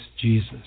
Jesus